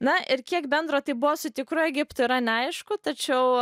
na ir kiek bendro tai buvo su tikru egiptu yra neaišku tačiau